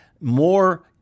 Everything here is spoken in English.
More